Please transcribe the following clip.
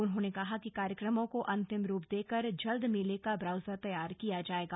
उन्होंने कहा कि कार्यक्रमों को अंतिम रूप देकर जल्द मेले का ब्राउसर तैयार किया जाएगा